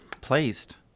Placed